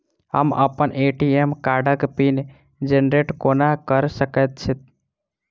हम अप्पन ए.टी.एम कार्डक पिन जेनरेट कोना कऽ सकैत छी?